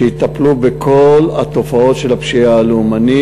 שיטפלו בכל התופעות של הפשיעה הלאומנית.